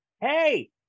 hey